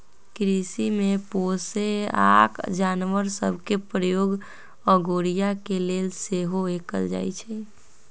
कृषि में पोशौआका जानवर सभ के प्रयोग अगोरिया के लेल सेहो कएल जाइ छइ